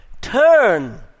Turn